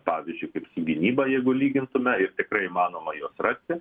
pavyzdžiui kaip su gynyba jeigu lygintume ir tikrai įmanoma juos rasti